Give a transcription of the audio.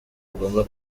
agomba